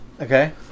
Okay